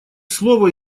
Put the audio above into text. слово